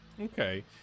Okay